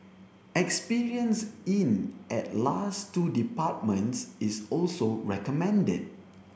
experience in at last two departments is also recommended